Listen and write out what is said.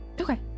Okay